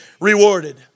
rewarded